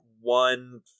one